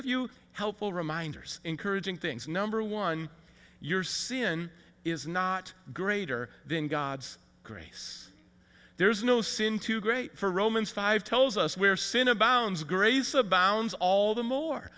a few helpful reminders encouraging things number one your sin is not greater than god's grace there is no sin too great for romans five tells us where sin abounds grace abounds all the more